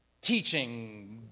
teaching